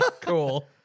cool